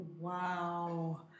Wow